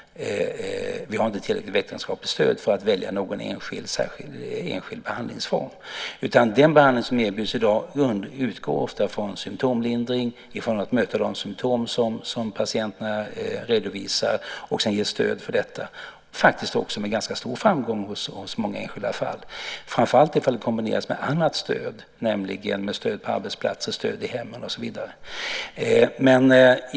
Vi har inte tillräckligt vetenskapligt stöd för att välja någon enskild behandlingsform. Den behandling som erbjuds i dag utgår ofta från symtomlindring, att möta de symtom som patienterna redovisar och ge stöd för detta. Det sker med ganska stor framgång i många enskilda fall. Det gäller framför allt om det kombineras med annat stöd, nämligen stöd på arbetsplatser, stöd i hemmen och så vidare.